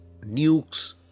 nukes